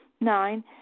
Nine